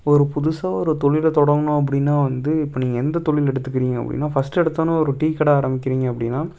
ஒரு புதுசாக ஒரு தொழிலை தொடங்கணும் அப்படின்னா வந்து இப்போ நீங்கள் எந்த தொழில் எடுத்துக்கிறீங்க அப்படின்னா ஃபஸ்ட் எடுத்தோன்னு ஒரு டீ கடை ஆரமிக்கிறீங்க அப்படின்னா